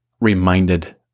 reminded